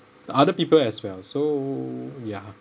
other people as well so ya